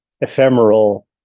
ephemeral